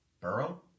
Burrow